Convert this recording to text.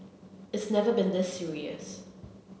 it's never been this serious